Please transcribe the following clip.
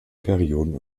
perioden